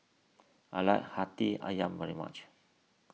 I like Hati Ayam very much